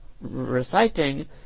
reciting